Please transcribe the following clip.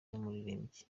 n’umuririmbyi